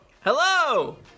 Hello